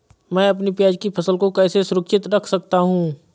मैं अपनी प्याज की फसल को कैसे सुरक्षित रख सकता हूँ?